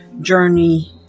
journey